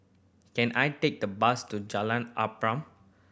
can I take the bus to Jalan Arnap